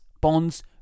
bonds